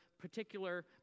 particular